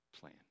plan